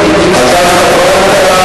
אתה מכיר עוד מדינה,